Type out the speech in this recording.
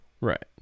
Right